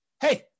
hey